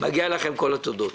מגיעות לכם כל התודות.